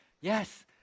yes